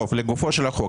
לגופן של התקנות.